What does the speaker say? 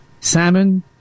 salmon